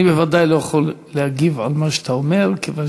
אני בוודאי לא יכול להגיב על מה שאתה אומר, כיוון